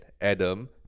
Adam